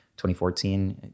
2014